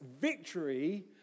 victory